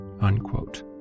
unquote